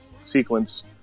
sequence